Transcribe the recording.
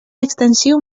extensiu